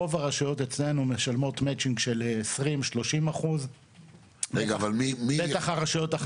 רוב הרשויות אצלנו משלמות מצ'ינג של 30%-20% בטח הרשויות החזקות.